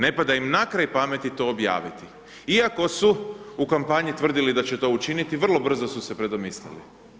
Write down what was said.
Ne pada im na kraj pameti to objaviti iako su u kampanji tvrdili da će to učiniti, vrlo brzo su se predomislili.